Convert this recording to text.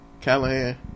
Callahan